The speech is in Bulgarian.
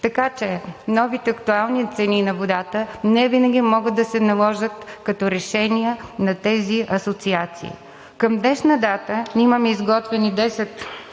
така че новите актуални цени на водата невинаги могат да се наложат като решения на тези асоциации. Към днешна дата имаме изготвени 10